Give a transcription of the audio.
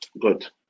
Good